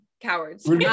cowards